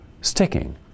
sticking